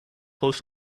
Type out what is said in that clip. close